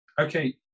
Okay